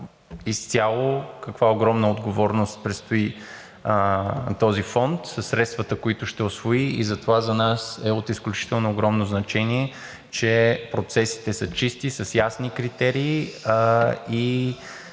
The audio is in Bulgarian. изцяло каква огромна отговорност предстои на този фонд със средствата, които ще усвои, и за нас е от изключително огромно значение, че процесите са чисти с ясни критерии.